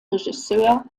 regisseur